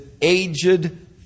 aged